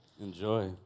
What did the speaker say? Enjoy